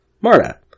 Marta